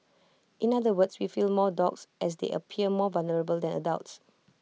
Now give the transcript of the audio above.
in other words we feel more for dogs as they appear more vulnerable than adults